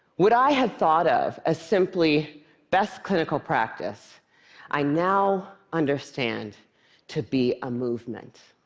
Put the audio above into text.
what i had thought of as simply best clinical practice i now understand to be a movement.